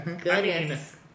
goodness